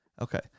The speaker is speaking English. Okay